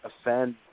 offend